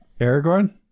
aragorn